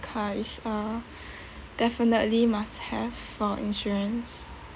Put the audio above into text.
car is uh definitely must have for insurance